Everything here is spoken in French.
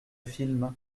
film